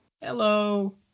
Hello